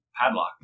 Padlock